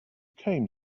came